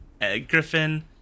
Griffin